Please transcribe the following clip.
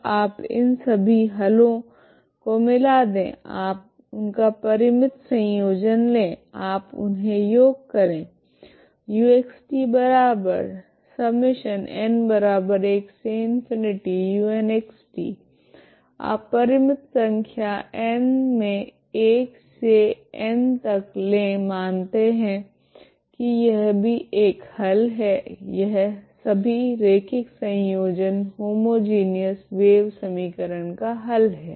अब आप इन सभी हलों को मिला दे आप उनका परिमित संयोजन ले आप उन्हे योग करे आप परिमित संख्या n मे 1 से N तक ले मानते है की यह भी एक हल है यह सभी रेखिक संयोजन होमोजिनिऔस वेव समीकरण का हल है